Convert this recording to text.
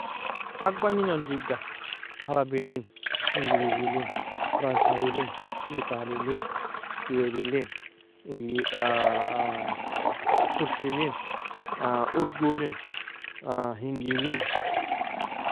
Ag bagninan digda, arabilin, ingilzilin, fransawilin, italilin, sewaidilin, turkilin, urdolin, hindilin.